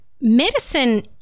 medicine